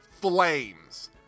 flames